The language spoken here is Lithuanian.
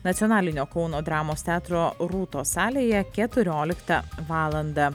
nacionalinio kauno dramos teatro rūtos salėje keturioliktą valandą